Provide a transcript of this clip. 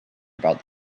about